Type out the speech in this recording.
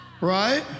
Right